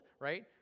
right